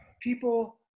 people